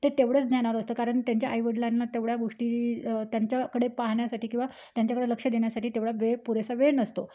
ते तेवढंच ज्ञानावर असतं कारण त्यांच्या आईवडिलांना तेवढ्या गोष्टी त्यांच्याकडे पाहण्यासाठी किंवा त्यांच्याकडे लक्ष देण्यासाठी तेवढा वेळ पुरेसा वेळ नसतो